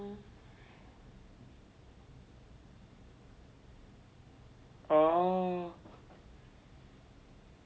oh